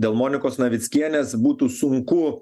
dėl monikos navickienės būtų sunku